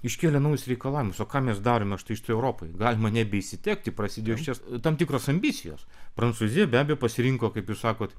iškėlė naujus reikalavimus o ką mes darome štai šitpj europoj galima nebeišsitekti prasidėjusios tam tikros ambicijos prancūzija be abejo pasirinko kaip jūs sakot